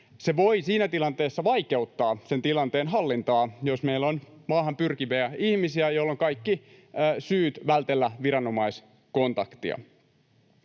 Se voi siinä tilanteessa vaikeuttaa sen tilanteen hallintaa, jos meillä on maahan pyrkiviä ihmisiä, joilla on kaikki syyt vältellä viranomaiskontakteja.